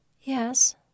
Yes